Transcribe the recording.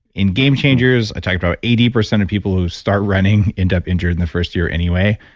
in game changers, i talk about eighty percent of people who start running end up injured in the first year anyway.